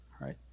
right